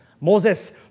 Moses